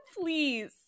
Please